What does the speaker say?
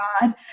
God